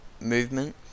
movement